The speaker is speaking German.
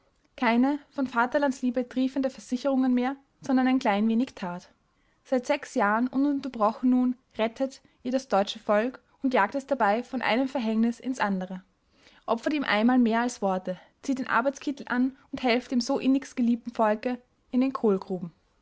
keine von vaterlandsliebe triefenden versicherungen mehr sondern ein klein wenig tat seit sechs jahren ununterbrochen nun rettet ihr das deutsche volk und jagt es dabei von einem verhängnis ins andere opfert ihm einmal mehr als worte zieht den arbeitskittel an und helft dem so innigst geliebten volke in den